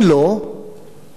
מפחד.